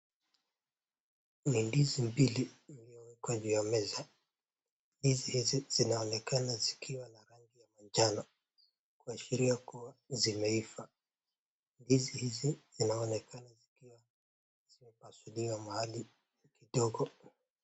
Ni ndizi mbili zilioko juu ya meza, ndizi hizi zinaonekana zikiwa na rangi ya manjanoo kuashuria kuwa zimeiva, ndizi hizi zinaonekana zikiwa zimepasuliwa mahali kidogo.